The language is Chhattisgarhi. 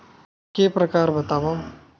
के प्रकार बतावव?